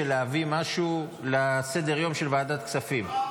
להביא משהו לסדר-היום של ועדת הכספים.